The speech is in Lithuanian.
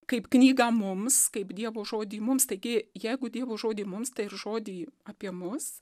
kaip knygą mums kaip dievo žodį mums taigi jeigu dievo žodį mums tai ir žodį apie mus